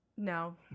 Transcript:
No